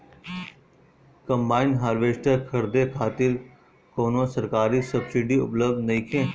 Combine harvester खरीदे खातिर कउनो सरकारी सब्सीडी उपलब्ध नइखे?